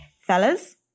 Fellas